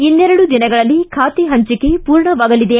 ಇನ್ನೆರಡು ದಿನಗಳಲ್ಲಿ ಖಾತೆ ಹಂಚಿಕೆ ಪೂರ್ಣವಾಗಲಿದೆ